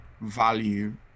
value